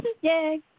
Yay